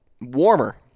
warmer